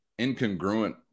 incongruent